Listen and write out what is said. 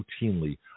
routinely